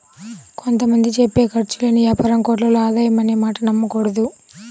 కొంత మంది చెప్పే ఖర్చు లేని యాపారం కోట్లలో ఆదాయం అనే మాటలు నమ్మకూడదు